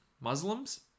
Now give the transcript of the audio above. muslims